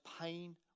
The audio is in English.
pain